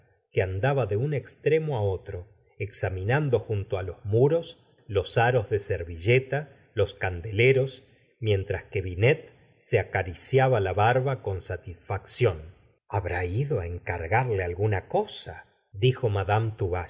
que andaba de un extremo á otro exa minandoj unto á los muros los aros de servilleta gusta flagbert los candeleros mientras que binet se acariciaba la barba con satisfacción habrá ido á encargarle alguna cosa dijo madama